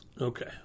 Okay